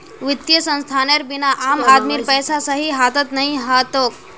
वित्तीय संस्थानेर बिना आम आदमीर पैसा सही हाथत नइ ह तोक